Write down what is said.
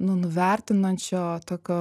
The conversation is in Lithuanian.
nu nuvertinančio tokio